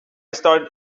started